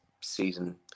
season